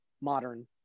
modern